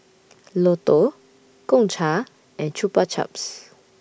Lotto Gongcha and Chupa Chups